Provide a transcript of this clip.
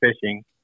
fishing